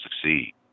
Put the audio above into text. succeed